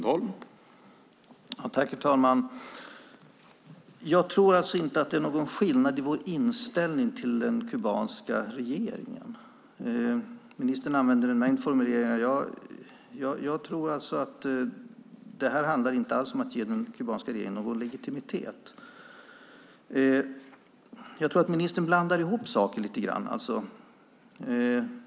Herr talman! Jag tror inte att det är någon skillnad i vår inställning till den kubanska regeringen. Ministern använder en mängd formuleringar; jag tror alltså att det här inte alls handlar om att ge den kubanska regeringen någon legitimitet. Jag tror att ministern blandar ihop saker lite grann.